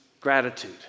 gratitude